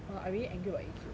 !wah! I realy angry about A_Q